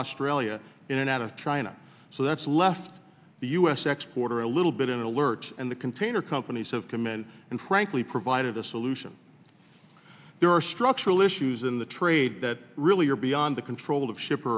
australia in and out of china so that's left the u s exports are a little bit in the lurch and the container companies have committed and frankly provided a solution there are structural issues in the trade that really are beyond the control of ship